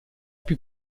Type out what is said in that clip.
più